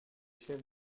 chefs